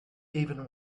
even